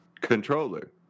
controller